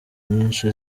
nyinshi